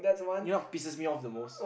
you know pisses me off the most